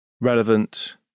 relevant